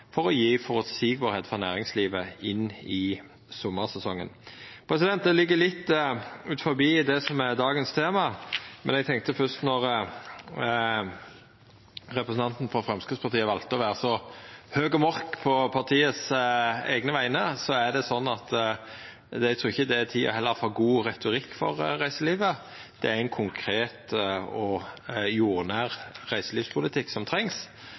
for å gjera det føreseieleg for næringslivet inn i sommarsesongen. Det ligg litt utanfor det som er dagens tema, men eg tenkte då representanten frå Framstegspartiet valde å vera så høg og mørk på vegner av partiet sitt, at eg heller ikkje trur dette er tida for god retorikk for reiselivet. Det er ein konkret og jordnær reiselivspolitikk som trengst.